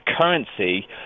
currency